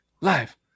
live